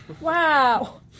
Wow